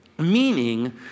meaning